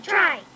Try